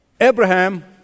Abraham